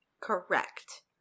Correct